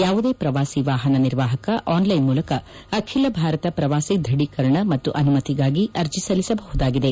ಯಾವುದೇ ಪ್ರವಾಸಿ ವಾಹನ ನಿರ್ವಹಕ ಆನ್ಲೈನ್ ಮೂಲಕ ಅಖಿಲ ಭಾರತ ಪ್ರವಾಸಿ ದೃಢೀಕರಣ ಮತ್ತು ಅನುಮತಿಗಾಗಿ ಅರ್ಜಿ ಸಲ್ಲಿಸಬಹುದಾಗಿದೆ